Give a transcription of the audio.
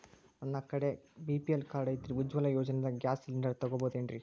ನನ್ನ ಕಡೆ BPL card ಐತ್ರಿ, ಉಜ್ವಲಾ ಯೋಜನೆದಾಗ ಗ್ಯಾಸ್ ಸಿಲಿಂಡರ್ ತೊಗೋಬಹುದೇನ್ರಿ?